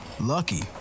lucky